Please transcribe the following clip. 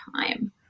time